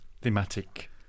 thematic